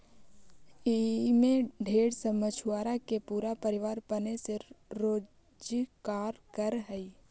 ई में ढेर सब मछुआरा के पूरा परिवार पने से रोजकार कर हई